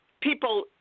People